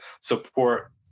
support